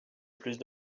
plus